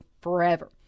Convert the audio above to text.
forever